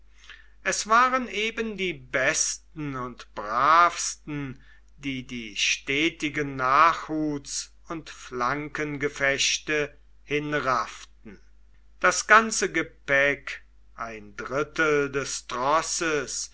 es waren eben die besten und bravsten die die stetigen nachhuts und flankengefechte hinrafften das ganze gepäck ein drittel des trosses